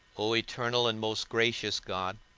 o eternal and most gracious god,